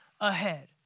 ahead